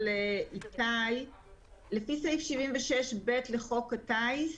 לפי סעיף 76ב לחוק הטיס,